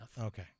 Okay